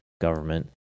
government